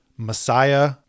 messiah